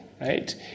right